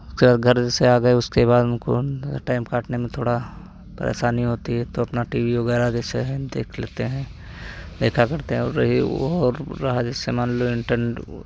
क्या है घर जैसे आ गए उसके बाद उनको ना टाइम काटने में थोड़ा परेशानी होती है तो अपना टी वी वगैरह जैसे है देख लेते हैं देखा करते हैं और ये वो और रहा जैसे मान लो इंटरनेट वो